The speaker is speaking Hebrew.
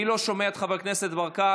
אני לא שומע את חבר הכנסת ברקת.